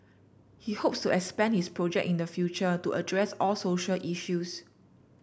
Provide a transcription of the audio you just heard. he hopes to expand his project in the future to address all social issues